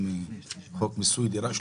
חוק מיסוי דירה שלישית.